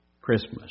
Christmas